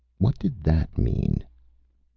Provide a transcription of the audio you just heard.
what did that mean?